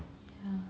ya